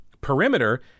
perimeter